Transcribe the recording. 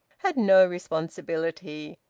had no responsibility,